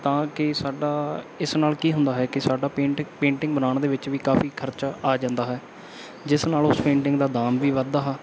ਤਾਂ ਕਿ ਸਾਡਾ ਇਸ ਨਾਲ ਕੀ ਹੁੰਦਾ ਹੈ ਕਿ ਸਾਡਾ ਪੇਂਟਿੰਗ ਪੇਂਟਿੰਗ ਬਣਾਉਣ ਦੇ ਵਿੱਚ ਵੀ ਕਾਫੀ ਖਰਚਾ ਆ ਜਾਂਦਾ ਹੈ ਜਿਸ ਨਾਲ ਉਸ ਪੇਂਟਿੰਗ ਦਾ ਦਾਮ ਵੀ ਵੱਧਦਾ ਹਾ